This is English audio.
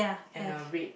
and a red